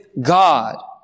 God